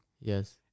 Yes